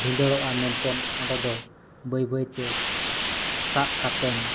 ᱵᱷᱤᱸᱫᱟᱹᱲᱚᱜᱼᱟ ᱢᱮᱱᱛᱮ ᱚᱸᱰᱮᱫᱚ ᱵᱟᱹᱭᱼᱵᱟᱹᱭᱛᱮ ᱥᱟᱵ ᱠᱟᱛᱮᱫ